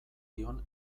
dion